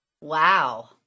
Wow